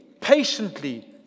patiently